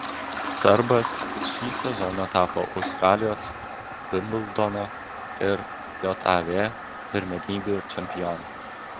serbas šį sezoną tapo australijos vimbldono ir jav pirmenybių čempionu